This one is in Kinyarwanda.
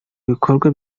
ibikorwa